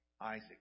Isaac